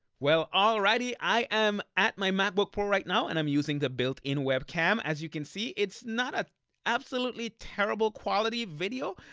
well, alrighty i am at my macbook pro right now and i'm using the built-in webcam. as you can see, it's not an absolutely terrible quality video,